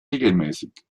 regelmäßig